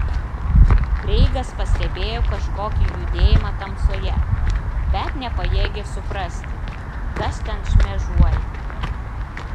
kreigas pastebėjo kažkokį judėjimą tamsoje bet nepajėgė suprasti kas ten šmėžuoja